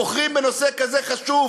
בוחרים בנושא כזה חשוב